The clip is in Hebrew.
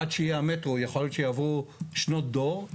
עד שיהיה המטרו יכול להיות שיעברו שנות דור.